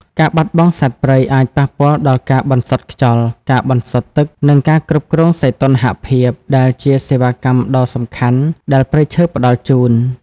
ការបាត់បង់សត្វព្រៃអាចប៉ះពាល់ដល់ការបន្សុទ្ធខ្យល់ ការបន្សុទ្ធទឹក និងការគ្រប់គ្រងសីតុណ្ហភាព ដែលជាសេវាកម្មដ៏សំខាន់ដែលព្រៃឈើផ្តល់ជូន។